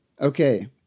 okay